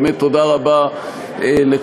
באמת, תודה רבה לכולם.